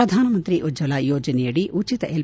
ಪ್ರಧಾನಮಂತ್ರಿ ಉಜ್ಜಲಾ ಯೋಜನೆಯಡಿ ಉಚಿತ ಎಲ್